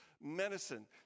medicine